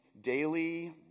daily